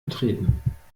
betreten